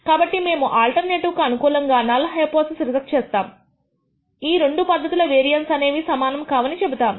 కాబట్టి మేము ఆల్టర్నేటివ్ కు అనుకూలంగా నల్ హైపోథిసిస్ రిజెక్ట్ చేస్తాము ఈ రెండు పద్ధతుల వేరియన్సస్ అనేవి సమానం కావని చెబుతాము